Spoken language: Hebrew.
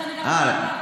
לכן הגעתי למליאה.